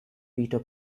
peter